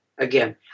Again